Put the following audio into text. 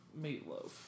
meatloaf